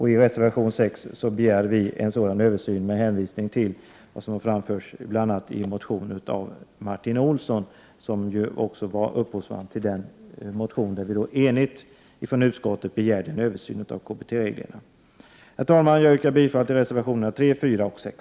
I reservation 6 begär vi en översyn av reglerna med hänsyn till vad som framförs i bl.a. en motion av Martin Olsson, som också var upphovsmannen till den motion som föranledde att vi enades i utskottet och begärde en översyn av KBT-reglerna. Herr talman! Jag yrkar bifall till reservationerna 3, 4 och 6.